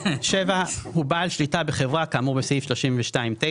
הוא בעל שליטה בחברה כאמור בסעיף 32(9);